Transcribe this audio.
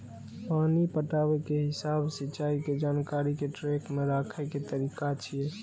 पानि पटाबै के हिसाब सिंचाइ के जानकारी कें ट्रैक मे राखै के तरीका छियै